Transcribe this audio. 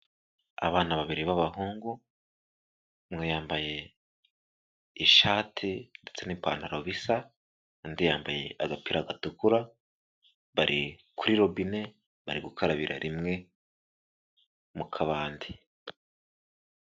Abana babiri b'abahungu umwe yambaye ishati ndetse n'ipantaro bisa undi yambaye agapira gatukura bari kuri robine bari gukarabira rimwe mu kabande.